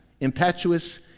impetuous